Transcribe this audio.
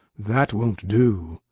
that won't do.